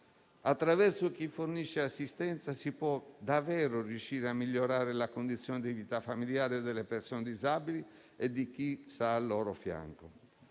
Attraverso coloro che forniscono assistenza si può davvero riuscire a migliorare la condizione di vita familiare delle persone disabili e di chi sta al loro fianco.